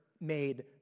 made